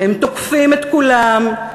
הם תוקפים את כולם,